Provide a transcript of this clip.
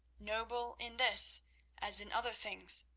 noble in this as in other things,